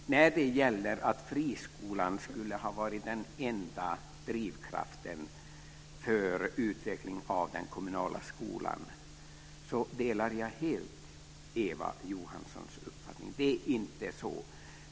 Fru talman! När det gäller att friskolan skulle ha varit den enda drivkraften för utveckling av den kommunala skolan delar jag helt Eva Johanssons uppfattning. Det är inte så.